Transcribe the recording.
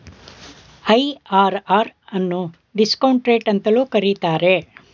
IRR ಅನ್ನು discount rate ಅಂತಲೂ ಕರೀತಾರೆ